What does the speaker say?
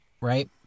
right